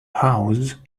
house